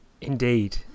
indeed